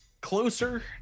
closer